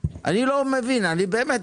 המענקים שניתנו בשתי התכניות הללו אלה מענקים